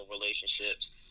relationships